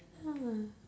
!huh!